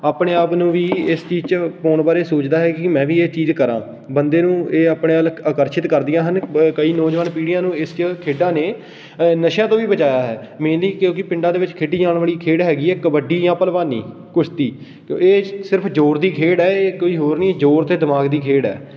ਆਪਣੇ ਆਪ ਨੂੰ ਵੀ ਇਸ ਚੀਜ਼ 'ਚ ਪਾਉਣ ਬਾਰੇ ਸੋਚਦਾ ਹੈ ਕਿ ਮੈਂ ਵੀ ਇਹ ਚੀਜ਼ ਕਰਾਂ ਬੰਦੇ ਨੂੰ ਇਹ ਆਪਣੇ ਵੱਲ ਆਕਰਸ਼ਿਤ ਕਰਦੀਆਂ ਹਨ ਕਈ ਨੌਜਵਾਨ ਪੀੜ੍ਹੀਆਂ ਨੂੰ ਇਸ 'ਚ ਖੇਡਾਂ ਨੇ ਨਸ਼ਿਆਂ ਤੋਂ ਵੀ ਬਚਾਇਆ ਹੈ ਮੇਨਲੀ ਕਿਉਂਕਿ ਪਿੰਡਾਂ ਦੇ ਵਿੱਚ ਖੇਡੀ ਜਾਣ ਵਾਲੀ ਖੇਡ ਹੈਗੀ ਹੈ ਕਬੱਡੀ ਜਾਂ ਭਲਵਾਨੀ ਕੁਸ਼ਤੀ ਇਹ ਸਿਰਫ ਜ਼ੋਰ ਦੀ ਖੇਡ ਹੈ ਇਹ ਕੋਈ ਹੋਰ ਨਹੀਂ ਜ਼ੋਰ ਅਤੇ ਦਿਮਾਗ ਦੀ ਖੇਡ ਹੈ